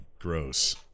gross